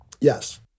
Yes